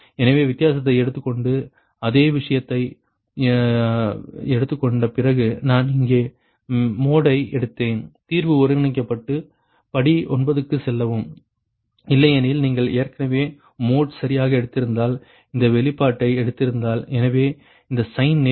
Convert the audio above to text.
எனவே வித்தியாசத்தை எடுத்துக்கொண்டு அதே விஷயத்தை எடுத்துக்கொண்ட பிறகு நான் இங்கே மோட்டை எடுத்தேன்